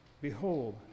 behold